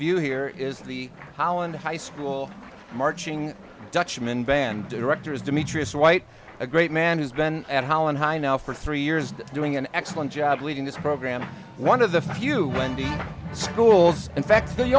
view here is the holland high school marching dutchman band director is demetrius white a great man who's been at holland high now for three years doing an excellent job leading this program one of the few schools in fact the